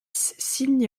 signe